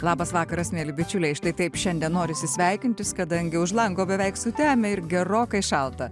labas vakaras mieli bičiuliai štai taip šiandien norisi sveikintis kadangi už lango beveik sutemę ir gerokai šalta